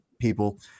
people